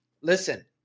listen